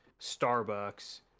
starbucks